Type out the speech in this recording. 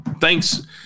thanks –